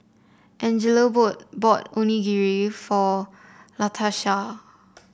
Angelo boot bought Onigiri for Latarsha